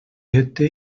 goethe